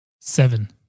Seven